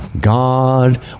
God